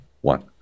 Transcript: one